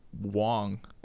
wong